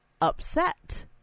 upset